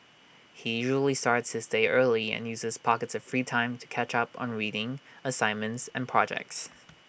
he usually starts his day early and uses pockets of free time to catch up on reading assignments and projects